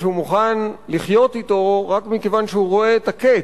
שהוא מוכן לחיות אתו רק מכיוון שהוא רואה את הקץ,